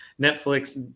netflix